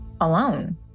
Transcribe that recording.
alone